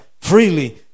freely